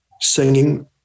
singing